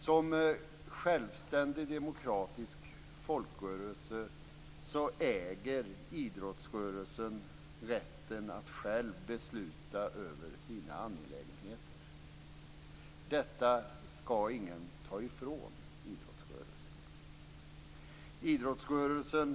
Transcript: Som en självständig demokratisk folkrörelse äger idrottsrörelsen rätt att själv besluta över sina angelägenheter. Detta skall ingen ta ifrån idrottsrörelsen.